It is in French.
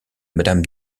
madame